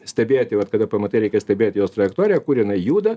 stebėti vat kada pamatai reikia stebėti jos trajektoriją kur jinai juda